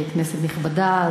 כנסת נכבדה,